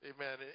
Amen